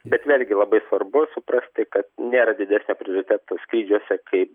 bet vėlgi labai svarbu suprasti kad nėra didesnio prioriteto skrydžiuose kaip